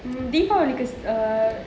deepavali